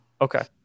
Okay